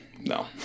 No